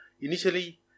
initially